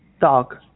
dog